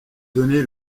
donné